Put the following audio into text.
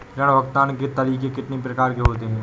ऋण भुगतान के तरीके कितनी प्रकार के होते हैं?